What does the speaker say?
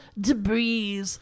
debris